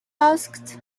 asked